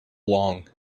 long